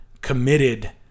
committed